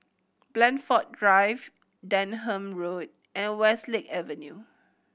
Blandford Drive Denham Road and Westlake Avenue